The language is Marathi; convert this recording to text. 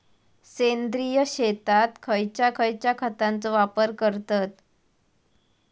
सेंद्रिय शेतात खयच्या खयच्या खतांचो वापर करतत?